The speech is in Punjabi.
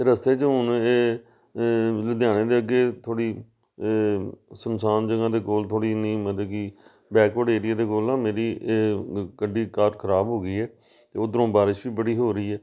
ਰਸਤੇ 'ਚ ਹੁਣ ਇਹ ਇਹ ਲੁਧਿਆਣੇ ਦੇ ਅੱਗੇ ਥੋੜ੍ਹੀ ਸੁੰਨਸਾਨ ਜਗ੍ਹਾ ਦੇ ਕੋਲ ਥੋੜ੍ਹੀ ਇੰਨੀ ਮਤਲਬ ਕਿ ਬੈਕਵਰਡ ਏਰੀਏ ਦੇ ਕੋਲ ਮੇਰੀ ਇਹ ਗੱਡੀ ਕਾਰ ਖ਼ਰਾਬ ਹੋ ਗਈ ਹੈ ਉੱਧਰੋਂ ਬਾਰਿਸ਼ ਵੀ ਬੜੀ ਹੋ ਰਹੀ ਹੈ